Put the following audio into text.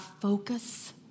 focus